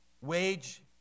Wage